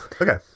okay